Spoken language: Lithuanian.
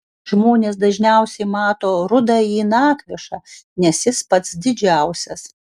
žmonės dažniausiai mato rudąjį nakvišą nes jis pats didžiausias